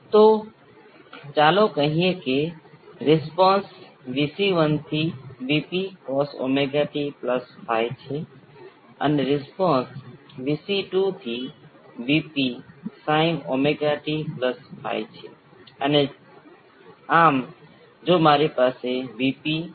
તેથી આપણે આ શબ્દને 2 ઝેટા ω n અથવા ω n બાય Q દ્વારા અને આને ω n વર્ગ સાથે ઓળખવાથી આપણે સરળતાથી જોઈ શકીએ છીએ કે નેચરલ ફ્રિક્વન્સી બરાબર એ જ છે તે 1 ઓવર વર્ગમૂળ માં LC છે